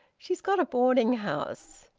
she's got a boarding-house.